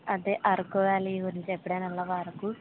అదే అరకు వ్యాలీ గురించి ఎప్పుడైనా వెళ్ళావా అరకు